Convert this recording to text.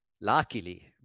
Luckily